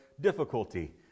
difficulty